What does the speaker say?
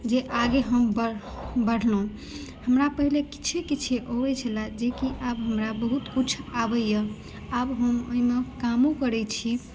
जे आगे हम बढ़लहुँ हमरा पहीले कीछे कीछे अबै छल जेकी आब हमरा बहुत किछु आबैया आब हम ओहिमे कामो करै छी